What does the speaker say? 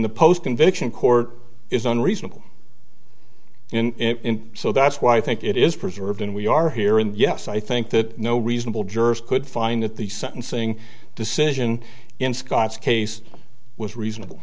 the post conviction court is unreasonable in so that's why i think it is preserved and we are here and yes i think that no reasonable juror could find that the sentencing decision in scott's case was reasonable